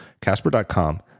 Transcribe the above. casper.com